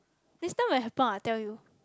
next time when it happen I tell you